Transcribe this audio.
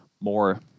more